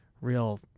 real